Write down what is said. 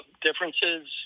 differences